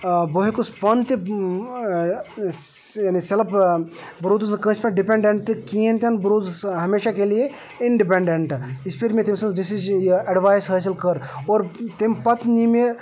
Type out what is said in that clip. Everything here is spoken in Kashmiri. بہٕ ہیوٚکُس پانہٕ تہِ یعنی سٮ۪لف بہٕ روٗدُس نہٕ کٲنٛسہِ پٮ۪ٹھ ڈِپنٛڈَنٛٹ کِہیٖنۍ تہِ نہٕ بہٕ روٗدُس ہمیشہ کے لیے اِنڈِپنڈنٛٹ یِژھ پھِرِ مےٚ تٔمۍ سٕنٛز ڈِسِجہِ یہِ اٮ۪ڈوایس حٲصِل کٔر اور تمہِ پَتہٕ نی مےٚ